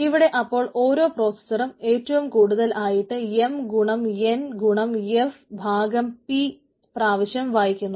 ഇവിടെ അപ്പോൾ ഓരോ പ്രോസസറും ഏറ്റവും കൂടുതൽ ആയിട്ട് m ഗുണം n ഗുണം f ഭാഗം p പ്രാവശ്യം വായിക്കുന്നു